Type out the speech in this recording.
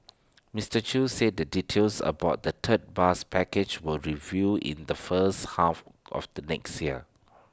Mister chew said the details about the third bus package will be revealed in the first half of the next year